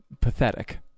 pathetic